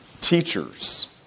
Teachers